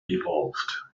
evolved